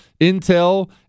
intel